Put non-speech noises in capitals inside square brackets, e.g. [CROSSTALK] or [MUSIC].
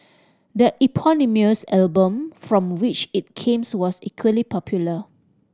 the eponymous album from which it came [UNINTELLIGIBLE] was equally popular